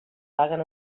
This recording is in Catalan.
paguen